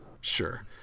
sure